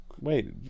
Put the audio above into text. Wait